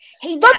Hey